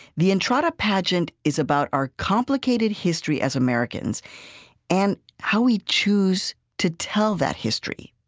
the entrada pageant is about our complicated history as americans and how we choose to tell that history.